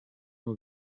nur